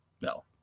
No